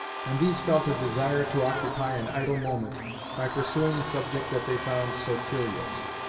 and these felt a desire to occupy an idle moment by pursuing a subject that they found so curious.